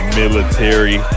military